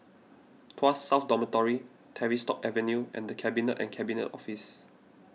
Tuas South Dormitory Tavistock Avenue and the Cabinet and Cabinet Office